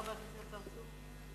חבר הכנסת צרצור.